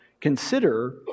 consider